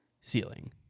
ceiling